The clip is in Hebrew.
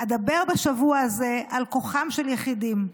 אדבר בשבוע הזה על כוחם של יחידים,